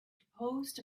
proposed